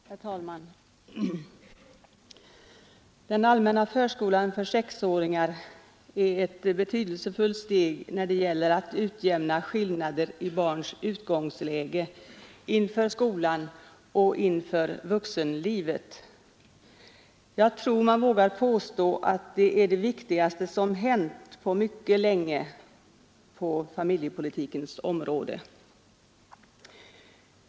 Herr talman! Den allmänna förskolan för sexåringar är ett betydelsefullt steg när det gäller att utjämna skillnader i barns utgångsläge inför skolan och inför vuxenlivet. Jag tror man vågar påstå att det är det viktigaste som hänt på mycket länge på familjepolitikens område.